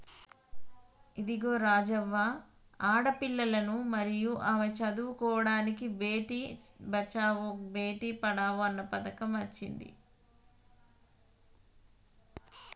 ఇదిగో రాజవ్వ ఆడపిల్లలను మరియు ఆమె చదువుకోడానికి బేటి బచావో బేటి పడావో అన్న పథకం అచ్చింది